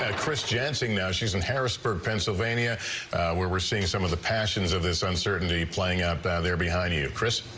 ah chris jansing now she's in harrisburg pennsylvania where we're seeing some of the passions of this uncertainty playing up out there behind you chris.